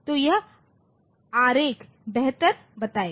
तो यह आरेख बेहतर बताएगा